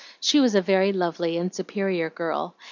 she was a very lovely and superior girl,